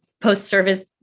post-service